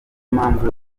mpamvu